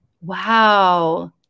Wow